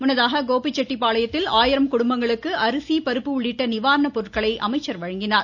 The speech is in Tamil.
முன்னதாக கோபிசெட்டி பாளையத்தில் ஆயிரம் குடும்பங்களுக்கு அரிசி பருப்பு உள்ளிட்ட நிவாரணப் பொருட்களையும் அமைச்சர் வழங்கினார்